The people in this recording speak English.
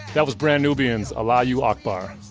that was brand nubians, allah u akbar.